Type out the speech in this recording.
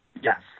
yes